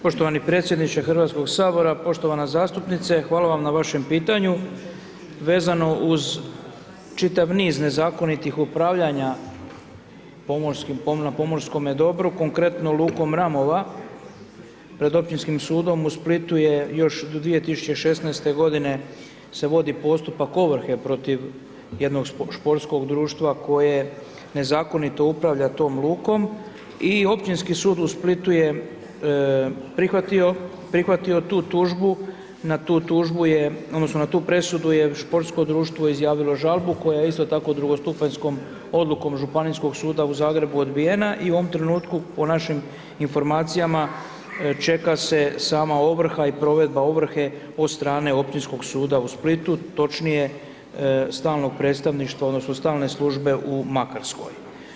Poštovani predsjedniče Hrvatskog sabora, poštovana zastupnice hvala vam na vašem pitanju, vezano uz čitav niz nezakonitih upravljanja na pomorskome dobru, konkretno lukom Ramova, pred Općinskim sudom u Splitu još do 2016. se vodi postupak ovrhe protiv jednog športskog društva koje nezakonito upravlja tom lukom i Općinski sud u Splitu je prihvatio tu tužbu, na tu tužbu je odnosno na tu presudu športsko društvo izjavilo žalbu koja je isto tako drugostupanjskog odlukom Županijskog suda u Zagrebu odbijena i u ovom trenutku po našim informacijama čeka se sama ovrha i provedba ovrhe od strane Općinskog suda u Splitu, točnije, stalnog predstavništva odnosno stalne službe u Makarskoj.